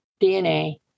DNA